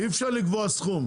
אי אפשר לקבוע סכום.